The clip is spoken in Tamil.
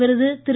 விருது திரு